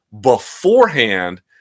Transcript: beforehand